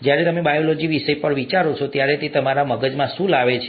જ્યારે તમે બાયોલોજી વિશે વિચારો છો ત્યારે તે તમારા મગજમાં શું લાવે છે